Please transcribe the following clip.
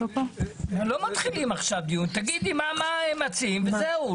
לא מתחילים עכשיו דיון, תגידי מה הם מציעים וזהו.